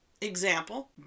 example